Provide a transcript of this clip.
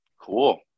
Cool